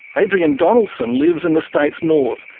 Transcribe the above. adrian donaldson lives in the state's north,